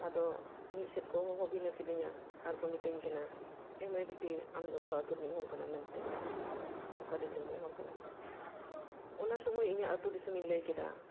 ᱟᱫᱚ ᱢᱤᱫ ᱥᱮᱫ ᱠᱚ ᱦᱚᱦᱚ ᱵᱷᱤᱱᱟᱹ ᱠᱤᱫᱤᱧᱟ ᱟᱨᱠᱚ ᱢᱤᱛᱟᱹᱧ ᱠᱟᱱᱟ ᱮ ᱢᱟᱹᱭ ᱵᱤᱴᱤ ᱟᱢᱫᱚ ᱚᱠᱟ ᱟᱹᱛᱩ ᱨᱤᱱᱤᱡ ᱦᱚᱲ ᱠᱟᱱᱟᱢ ᱢᱮᱱᱛᱮ ᱚᱠᱟ ᱫᱤᱥᱚᱢ ᱨᱤᱱᱤᱡ ᱦᱚᱲ ᱠᱟᱱᱟᱢ ᱚᱱᱟ ᱥᱩᱢᱟᱹᱭ ᱤᱧᱟᱜ ᱟᱹᱛᱩ ᱫᱤᱥᱚᱢᱤᱧ ᱞᱟᱹᱭ ᱠᱮᱫᱟ